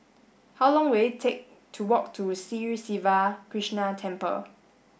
how long will it take to walk to Sri Siva Krishna Temple